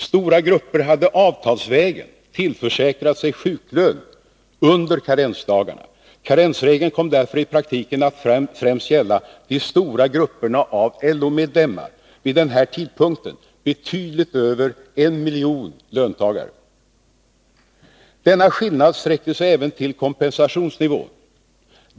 Stora grupper hade avtalsvägen tillförsäkrat sig sjuklön under karensdagarna. Karensregeln kom därför i praktiken främst att gälla de stora grupperna av LO-medlemmar — vid den här tidpunkten betydligt över 1 miljon löntagare. Denna skillnad sträckte sig även till kompensationsnivån.